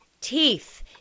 teeth